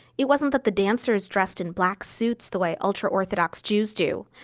it wasn't that the dancers dressed in black suits the way ultra-orthodox jews do.